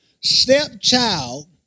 stepchild